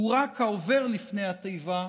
הוא רק העובר לפני התיבה,